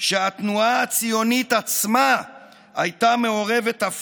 שהתנועה הציונית עצמה הייתה מעורבת אף